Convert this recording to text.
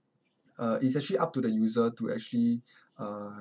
uh it's actually up to the user to actually uh